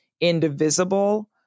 Indivisible